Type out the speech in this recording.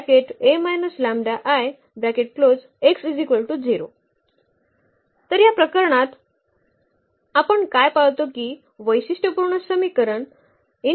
तर याचा अर्थ तर या प्रकरणात आपण काय पाळतो की वैशिष्ट्यपूर्ण समीकरण आहे